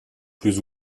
plus